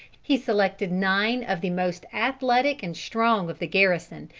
he selected nine of the most athletic and strong of the garrison,